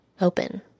open